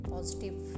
positive